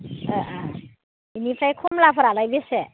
अ अ बिनिफ्राय खमलाफोरालाय बेसे